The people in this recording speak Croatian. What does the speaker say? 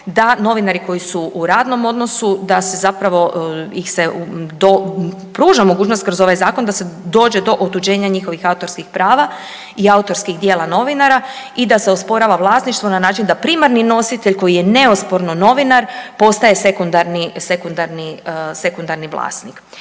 da novinari koji su u radnom odnosu, da se zapravo ih se do, pruža mogućnost kroz ovaj Zakon da se dođe do otuđenja njihovih autorskih prava i autorskih djela novinara i da se osporava vlasništvo na način da primarni nositelj koji je neosporno novinar, postaje sekundarni vlasnik.